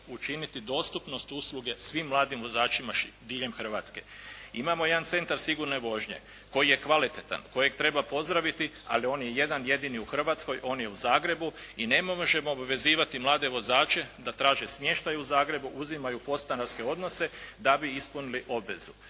učiniti dostupnost usluge svim mladim vozačima diljem Hrvatske. Imamo jedan centar sigurne vožnje koji je kvalitetan, kojeg treba pozdraviti ali on je jedan jedini u Hrvatskoj, on je u Zagrebu i ne možemo obvezivati mlade vozače da traže smještaj u Zagrebu, uzimaju podstanarske odnose da bi ispunili obvezu.